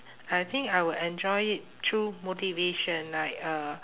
I think I would enjoy it through motivation like uh